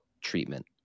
treatment